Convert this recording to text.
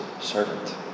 servant